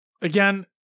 again